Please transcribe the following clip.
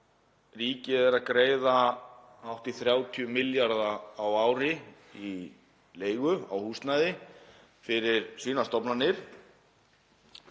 ríkið er að greiða hátt í 30 milljarða á ári í leigu á húsnæði fyrir sínar stofnanir